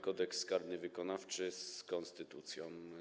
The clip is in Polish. Kodeks karny wykonawczy z konstytucją.